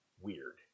weird